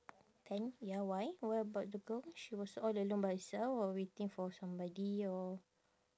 tent ya why what about the girl she was all alone by herself or waiting for somebody or